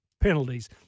penalties